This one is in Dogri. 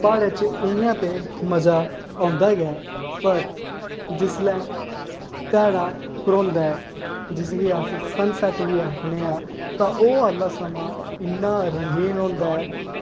प्हाड़ें च इंया ते मज़ा औंदा गै पर जिसलै ध्याड़ा घरोंदा ऐ जिसी अस सनसैट बी आक्खने आं तां ओह् आह्ला समां इन्ना रंगीन होंदा ऐ